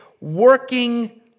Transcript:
working